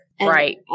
Right